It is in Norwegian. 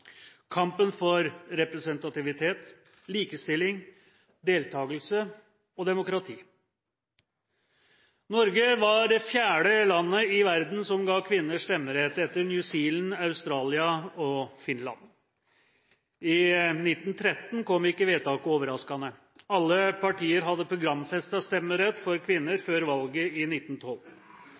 kampen for representativitet, likestilling, deltakelse og demokrati. Norge var det fjerde landet i verden som ga kvinner stemmerett, etter New Zealand, Australia og Finland. I 1913 kom ikke vedtaket overraskende, alle partier hadde programfestet stemmerett for kvinner før valget i 1912.